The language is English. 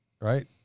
right